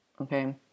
Okay